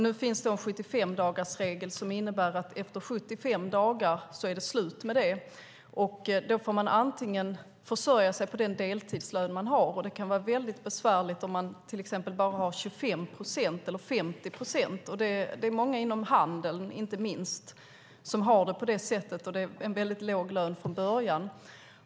Nu finns det en 75-dagarsregel som innebär att det efter 75 dagar är slut med det. Då får man försörja sig på den deltidslön som man har. Det kan vara mycket besvärligt om man till exempel bara har 25 procent eller 50 procent. Det är många inom handeln, inte minst, som har det på det sättet. Och det är en väldigt låg lön från början.